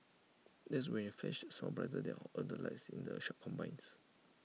that's when you flash A smile brighter than all the lights in the shop combined